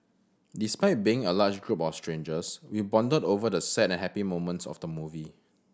despite being a large group of strangers we bonded over the sad and happy moments of the movie